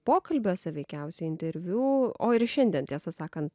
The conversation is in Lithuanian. pokalbiuose veikiausiai interviu o ir šiandien tiesą sakant